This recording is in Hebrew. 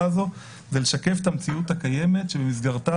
הזאת זה לשקף את המציאות הקיימת שיש בה